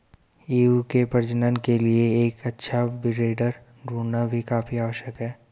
ewe के प्रजनन के लिए एक अच्छा ब्रीडर ढूंढ़ना भी काफी आवश्यक है